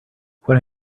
when